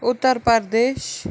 Uttar Pradesh